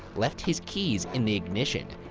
left his keys in the ignition,